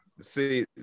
See